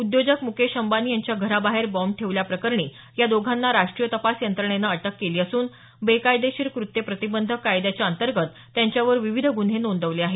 उद्योजक मुकेश अंबानी यांच्या घराबाहेर बॉम्ब ठेवल्याप्रकरणी या दोघांना राष्टीय तपास यंत्रणेनं अटक केली असून बेकायदेशीर कृत्ये प्रतिबंधक कायद्याच्या अंतर्गत त्यांच्यावर विविध गुन्हे नोंदवले आहेत